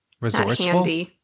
Resourceful